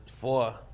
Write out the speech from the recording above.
four